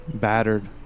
Battered